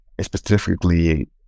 specifically